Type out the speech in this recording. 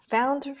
Found